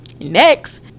Next